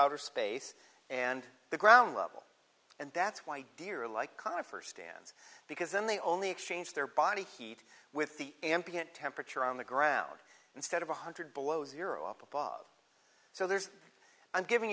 outer space and the ground level and that's why deer are like conifer stands because then they only exchange their body heat with the ambient temperature on the ground instead of one hundred below zero up above so there's i'm giving